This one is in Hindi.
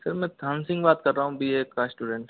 सर मैं थान सिंह बात कर रहा हूँ बी ए का स्टूडेंट